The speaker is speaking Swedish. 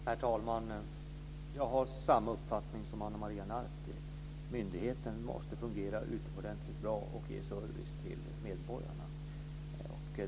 Herr talman! Jag har samma uppfattning som Ana Maria Narti. Myndigheten måste fungera utomordentligt bra och ge service till medborgarna.